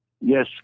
Yes